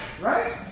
right